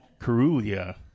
Carulia